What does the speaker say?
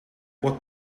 what